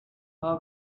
her